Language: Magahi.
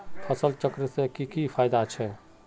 फसल चक्र से की की फायदा छे?